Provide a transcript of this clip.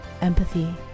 empathy